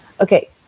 Okay